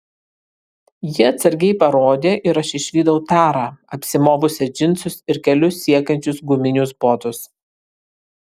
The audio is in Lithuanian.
ji atsargiai parodė ir aš išvydau tarą apsimovusią džinsus ir kelius siekiančius guminius botus